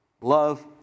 Love